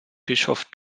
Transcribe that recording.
bischof